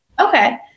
Okay